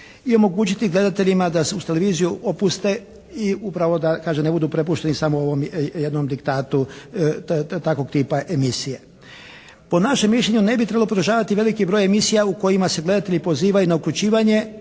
i omogućiti gledateljima da se uz televiziju opuste i upravo da, kažem ne budu prepušteni samo ovom jednom diktatu takvog tipa emisije. Po našem mišljenju ne bi trebalo podržavati veliki broj emisija u kojima se gledatelji pozivaju na uključivanje,